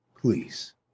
please